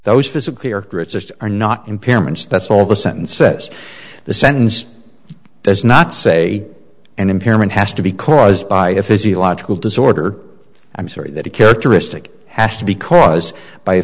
those physically or are not impairments that's all the sentence says the sentence does not say an impairment has to be caused by a physiological disorder i'm sorry that a characteristic has to be caused by